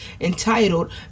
entitled